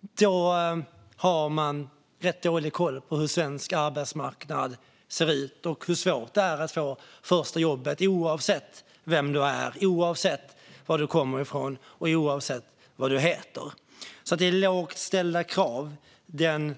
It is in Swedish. Då har man rätt dålig koll på hur svensk arbetsmarknad ser ut och hur svårt det är att få det första jobbet, oavsett vem du är, var du kommer ifrån och vad du heter. Jag delar alltså inte